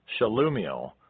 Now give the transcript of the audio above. Shalumiel